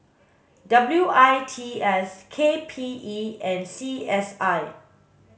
W I T S K P E and C S I